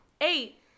eight